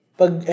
pag